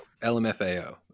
Lmfao